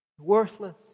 Worthless